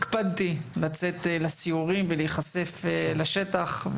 הקפדתי לצאת לסיורים ולהיחשף לשטח,